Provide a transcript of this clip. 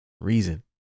reason